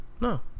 No